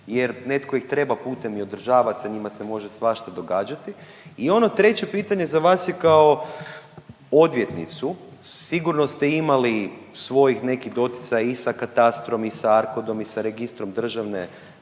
jer netko ih treba putem i održavati, sa njima se može svašta događati. I ono treće pitanje za vas je kao odvjetnicu sigurno ste imali svojih nekih doticaja i sa katastrom i sa ARKOD-om i sa Registrom državnih